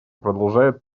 продолжает